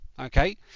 Okay